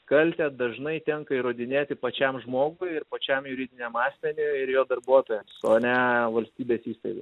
kaltę dažnai tenka įrodinėti pačiam žmogui ir pačiam juridiniam asmeniui ir jo darbuotojams o ne valstybės įstaigai